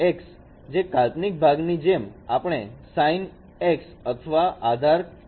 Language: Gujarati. cos જે કાલ્પનિક ભાગની જેમ આપણે sin અથવા આધાર કાર્ય નો ઉપયોગ કરીશું